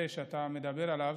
עליו,